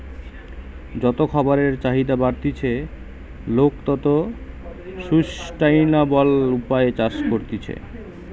যত খাবারের চাহিদা বাড়তিছে, লোক তত সুস্টাইনাবল উপায়ে চাষ করতিছে